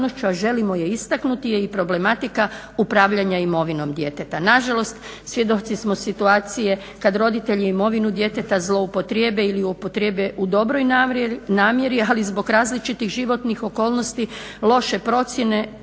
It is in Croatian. a želimo je istaknuti je i problematika upravljanja imovinom djeteta. Nažalost, svjedoci smo situacije kada roditelji imovinu djeteta zloupotrijebe ili upotrijebe u dobroj namjeri ali zbog različitih životnih okolnosti, loše procjene